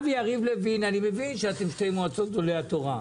אני מבין שאתה ויריב לוין שתי מועצות גדולי התורה.